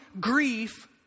grief